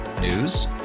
News